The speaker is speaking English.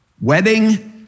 Wedding